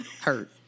hurt